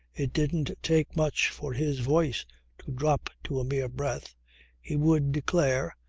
it didn't take much for his voice to drop to a mere breath he would declare,